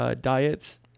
diets